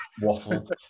waffle